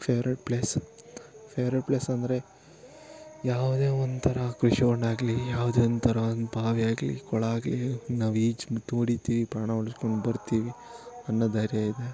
favourite place favourite place ಅಂದರೆ ಯಾವುದೇ ಒಂಥರ ಕೃಷಿ ಹೊಂಡ ಆಗಲಿ ಯಾವುದೇ ಒಂಥರ ಒಂದು ಬಾವಿ ಆಗಲಿ ಕೊಳ ಆಗಲಿ ನಾವು ಈಜು ಮತ್ತು ಹೊಡಿತೀವಿ ಪ್ರಾಣ ಉಳ್ಸ್ಕೊಂಡು ಬರ್ತೀವಿ ಅನ್ನೋ ಧೈರ್ಯ ಇದೆ